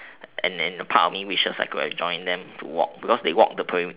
and and part of me wishes I could have join them to walk because they walk the perim~